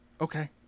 Okay